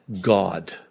God